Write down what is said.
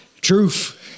truth